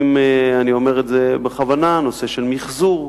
אני אומר את זה בכוונה, יש נושאים של מיחזור,